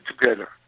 together